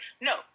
no